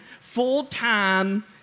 full-time